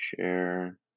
share